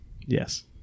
Yes